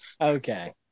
Okay